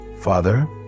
father